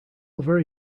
very